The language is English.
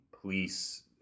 police